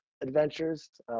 adventures